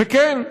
וכן,